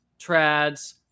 trads